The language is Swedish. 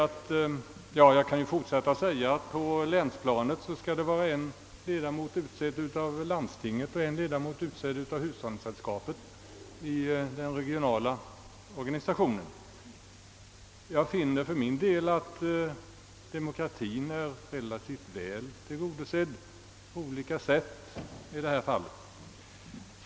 På länsplanet skall en l1edamot av den regionala organisationens styrelse utses av landstinget och en av hushållningssällskapet. Jag finner för min del att demokratien på olika sätt är väl tillgodosedd i detta sammanhang.